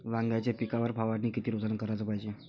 वांग्याच्या पिकावर फवारनी किती रोजानं कराच पायजे?